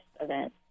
event